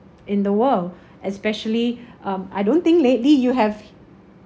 in the world especially um I don't think lately you have